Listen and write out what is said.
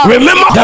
Remember